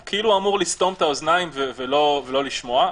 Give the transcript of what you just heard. והוא אמור לסתום את האוזניים ולא לשמוע.